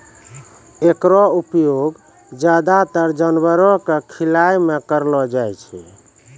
एकरो उपयोग ज्यादातर जानवरो क खिलाय म करलो जाय छै